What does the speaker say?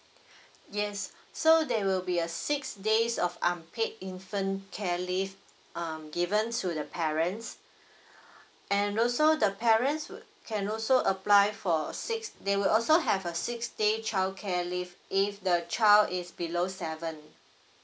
yes so there will be a six days of unpaid infant care leave um given to the parents and also the parents would can also apply for six they will also have a six day childcare leave if the child is below seven